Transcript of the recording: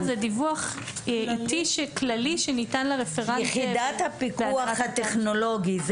זה דיווח כללי שניתן לרפרנט --- יחידת הפיקוח הטכנולוגי זה